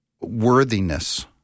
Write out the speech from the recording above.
worthiness